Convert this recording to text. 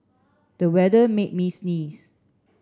the weather made me sneeze